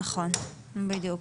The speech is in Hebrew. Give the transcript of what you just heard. נכון, בדיוק.